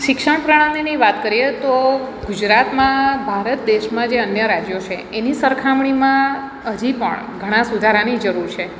શિક્ષણ પ્રણાલીની વાત કરીએ તો ગુજરાતમાં ભારત દેશમાં જે અન્ય રાજ્યો છે એની સરખામણીમાં હજી પણ ઘણા સુધારાની જરૂર છે